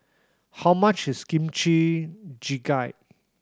how much is Kimchi Jjigae